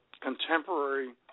contemporary